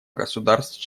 государств